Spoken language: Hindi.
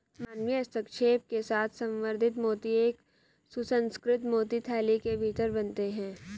मानवीय हस्तक्षेप के साथ संवर्धित मोती एक सुसंस्कृत मोती थैली के भीतर बनते हैं